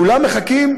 כולם מחכים,